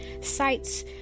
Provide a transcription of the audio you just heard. Sites